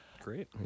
Great